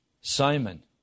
Simon